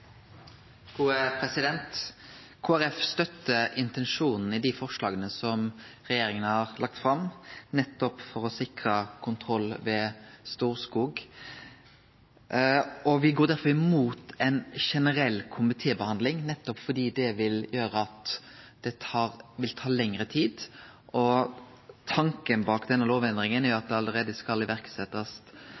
støttar intensjonane i dei forslaga som regjeringa har lagt fram, nettopp for å sikre kontroll ved Storskog. Me går derfor imot ei generell komitébehandling, nettopp fordi det vil gjere at det vil ta lengre tid, og tanken bak denne lovendringa er at det skal setjast i verk, dersom Stortinget gjer sine vedtak i dag og på torsdag, allereie